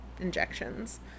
injections